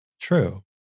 true